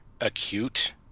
acute